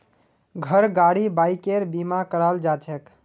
घर गाड़ी बाइकेर बीमा कराल जाछेक